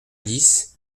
dix